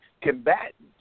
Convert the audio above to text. combatants